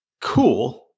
cool